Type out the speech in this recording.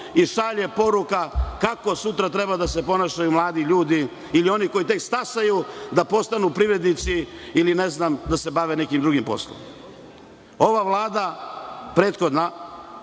i šalje poruka kako sutra treba da se ponašaju mladi ljudi ili oni koji tek stasavaju, da postanu privrednici ili, ne znam, da se bave nekim drugim poslom. Ova vlada, prethodna,